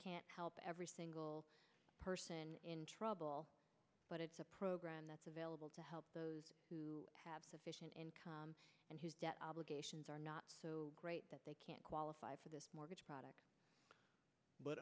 can't help every single person in trouble but it's a program that's available to help those who have sufficient income and his debt obligations are not so great that they can qualify for this mortgage product but